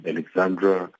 Alexandra